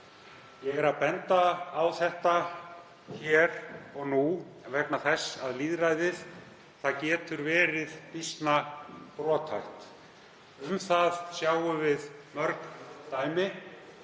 Ég bendi á þetta hér og nú vegna þess að lýðræðið getur verið býsna brothætt. Um það sjáum við mörg dæmi